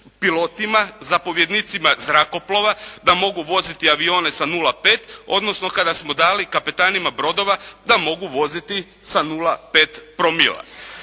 pilotima, zapovjednicima zrakoplova da mogu voziti avione sa 0,5 odnosno kada smo dali kapetanima brodova da mogu voziti sa 0,5 promila.